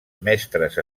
mestres